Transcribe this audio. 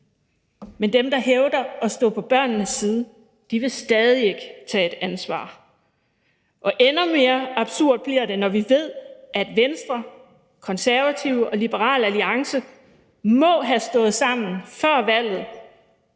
mens dem, der hævder at stå på børnenes side, stadig ikke vil tage et ansvar. Endnu mere absurd bliver det, når vi ved, at Venstre, Konservative og Liberal Alliance må have stået sammen før valget